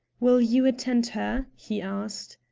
will you attend her? he asked.